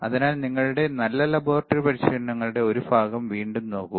അതിനാൽ നിങ്ങളുടെ നല്ല ലബോറട്ടറി പരിശീലനങ്ങളുടെ ഒരു ഭാഗം വീണ്ടും നോക്കുക